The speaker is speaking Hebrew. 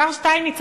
השר שטייניץ,